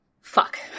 Fuck